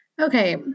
Okay